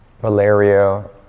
Valerio